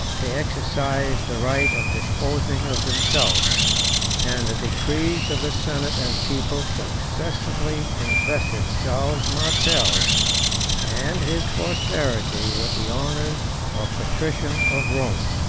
they exercised the right of disposing of themselves and the decrees of the senate and people successively invested charles martel and his posterity with the honors of patrician of rome.